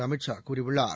அமித் ஷா கூறியுள்ளார்